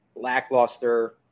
lackluster